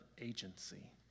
agency